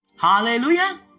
Hallelujah